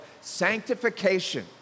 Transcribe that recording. sanctification